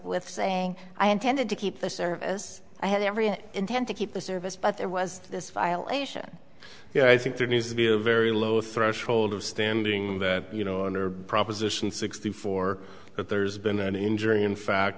with saying i intended to keep the service i had every intent to keep the service but there was this violation you know i think there needs to be a very low threshold of standing that you know under proposition sixty four that there's been an injury in fact